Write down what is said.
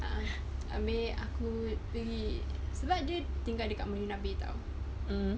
a'ah ambil aku pergi sebab dia tinggal dekat marina bay [tau]